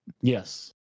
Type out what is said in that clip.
Yes